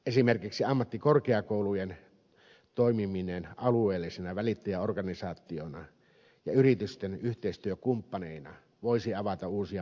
esimerkiksi ammattikorkeakoulujen toimiminen alueellisina välittäjäor ganisaatioina ja yritysten yhteistyökumppaneina voisi avata uusia mahdollisuuksia